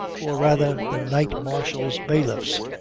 or rather the knight-marshal's bailiffs.